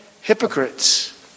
hypocrites